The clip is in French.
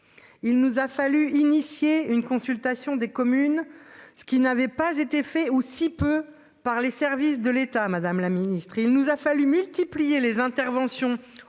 il nous a fallu initié une consultation des communes, ce qui n'avait pas été fait ou si peu, par les services de l'État. Madame la ministre, il nous a fallu multiplier les interventions